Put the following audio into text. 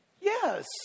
Yes